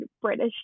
British